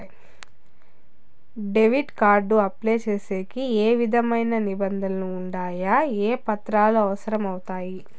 Debit card apply సేసేకి ఏ విధమైన నిబంధనలు ఉండాయి? ఏ పత్రాలు అవసరం అవుతాయి?